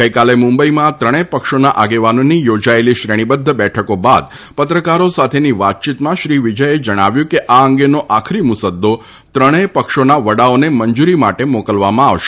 ગઇકાલે મુંબઇમાં આ ત્રણેય પક્ષોના આગેવાનોની યોજાયેલી શ્રેણીબધ્ધ બેઠકો બાદ પત્રકારો સાથેની વાતચીતમાં શ્રી વિજયે જણાવ્યું હતું કે આ અંગેનો આખરી મુસદ્દો ત્રણેય પક્ષોના વડાઓને મંજુરી માટે મોકલવામાં આવશે